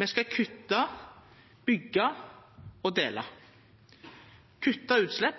Me skal kutta, byggja og dela – kutta